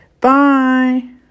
Bye